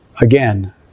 again